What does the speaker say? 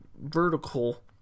vertical